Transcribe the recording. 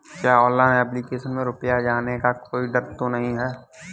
क्या online application में रुपया जाने का कोई डर तो नही है?